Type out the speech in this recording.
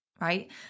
right